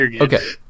okay